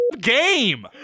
game